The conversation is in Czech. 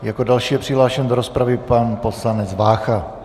Jako další je přihlášen do rozpravy pan poslanec Vácha.